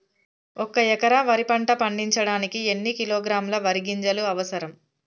ఒక్క ఎకరా వరి పంట పండించడానికి ఎన్ని కిలోగ్రాముల వరి గింజలు అవసరం?